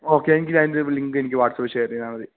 okay എങ്കിൽ അതിൻറ്റൊരു ലിങ്കെനിക്ക് വാട്സപ്പി ഷെയറെയ്താമതി